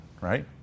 right